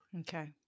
Okay